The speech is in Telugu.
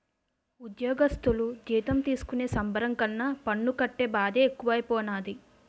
ఉజ్జోగస్థులు జీతం తీసుకునే సంబరం కన్నా పన్ను కట్టే బాదే ఎక్కువైపోనాది